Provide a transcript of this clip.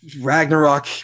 Ragnarok